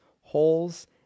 holes